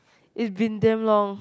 it's been damn long